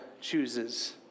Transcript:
chooses